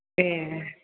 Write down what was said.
ए